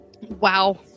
Wow